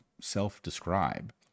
self-describe